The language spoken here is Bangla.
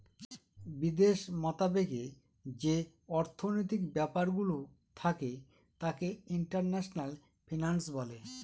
বিদেশ মতাবেকে যে অর্থনৈতিক ব্যাপারগুলো থাকে তাকে ইন্টারন্যাশনাল ফিন্যান্স বলে